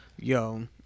yo